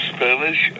Spanish